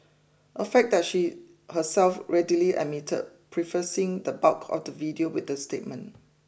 a fact that she herself readily admitted prefacing the bulk of the video with this statement